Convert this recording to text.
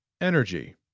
Energy